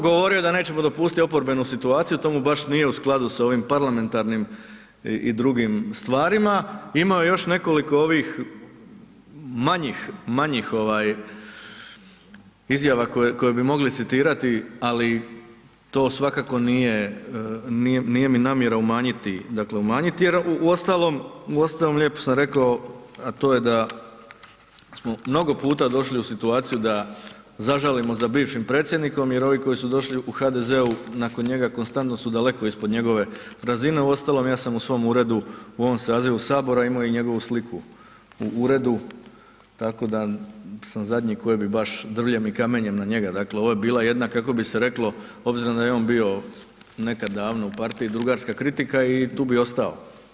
Govorio je da nećemo dopustiti oporbenu situaciju, to mu baš nije u skladu sa ovim parlamentarnim i drugim stvarima, imao još nekoliko ovih manjih izjava koje bi mogli citirati ali to svakako nije mi namjera umanjiti jer uostalom lijepo sam rekao a to je da smo mnogo puta došli u situaciju da zažalimo za bivšim Predsjednikom jer ovi koji su došli, u HDZ-u nakon njega konstantno su daleko ispod njegove razine, uostalom ja sam u svom uredu u ovom sazivu Sabora imao i njegovu sliku u uredu tako da sam zadnji koji bi baš drvljem i kamenjem na njega, dakle ovo je bila jedna kako bi reklo, obzirom da je on bio nekada davno u partiji, drugarska kritika i tu bi ostao.